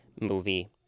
movie